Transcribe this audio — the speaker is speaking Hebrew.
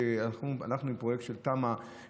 אנחנו עם פרויקט של תמ"א,